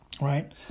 right